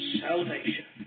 salvation